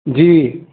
जी